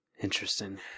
Interesting